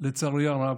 לצערי הרב,